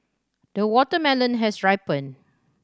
the watermelon has ripened